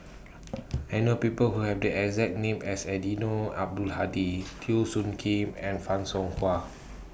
I know People Who Have The exact name as Eddino Abdul Hadi Teo Soon Kim and fan Shao Hua